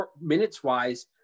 minutes-wise